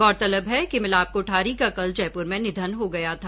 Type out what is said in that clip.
गौरतलब है कि मिलाप कोठारी का कल जयपूर में निधन हो गया था